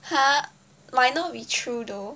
!huh! might not be true though